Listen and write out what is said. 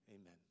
Amen